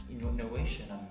innovation